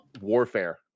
warfare